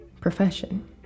profession